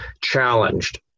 challenged